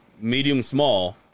medium-small